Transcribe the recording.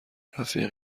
رفیق